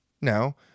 Now